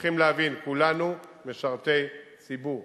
צריכים להבין, כולנו משרתי ציבור.